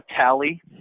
tally